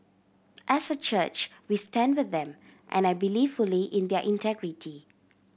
as a church we stand with them and I believe fully in their integrity